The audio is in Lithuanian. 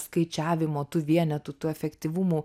skaičiavimo tų vienetų tų efektyvumų